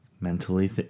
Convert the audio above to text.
mentally